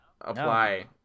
apply